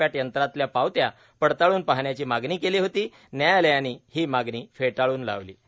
पॅट यंत्रातल्या पावत्या पडताळून पाहण्याची मागणी केली होती न्यायालयानं ही मागणी फेटाळून लावली आहे